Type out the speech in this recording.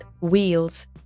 wheels